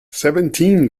seventeen